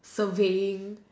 surveying